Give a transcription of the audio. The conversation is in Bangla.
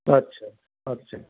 আচ্ছা আচ্ছা